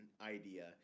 idea